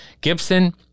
Gibson